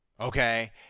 okay